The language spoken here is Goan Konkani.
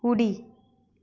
उडी